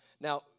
Now